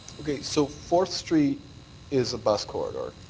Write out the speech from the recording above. okay. so fourth street is a bus corridor,